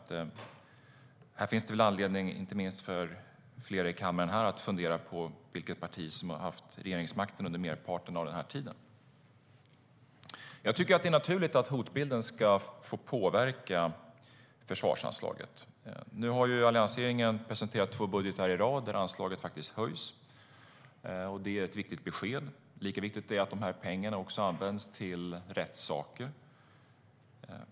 Här finns det anledning, inte minst för flera här i kammaren, att fundera på vilket parti som har haft regeringsmakten under merparten av denna tid. Jag tycker att det är naturligt att hotbilden ska få påverka försvarsanslaget. Nu har alliansregeringen presenterat två budgetar i rad där anslaget faktiskt höjs. Det är ett viktigt besked. Lika viktigt är det att dessa pengar används till rätt saker.